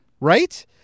right